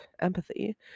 empathy